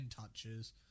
touches